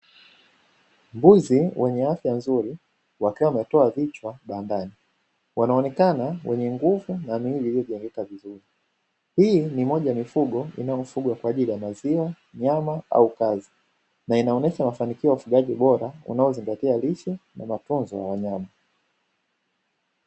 Mbuzi wenye afya nzuri wakiwa wametoa vichwa bandani, wanaonekana wenye nguvu na miili iliyo gari Ka vizuri, hii ni moja ya mifugo inayo fugwa kwa ajili ya maziwa, nyama au kazi, na inaonesha mafanikio ya ufugaji bora unaozingatia lishe na mafunzo ya wanyama.